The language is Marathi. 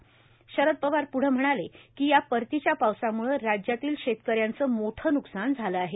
रद पवार पुढं म्हणाले की या परतीच्या पावसामुळं राज्यातील ौतकऱ्यांचं मोठं नुकसान झालं आहे